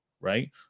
Right